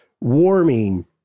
warming